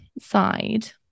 side